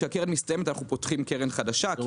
כשהקרן מסתיימת אנו פותחים קרן חדשה.